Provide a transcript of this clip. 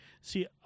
See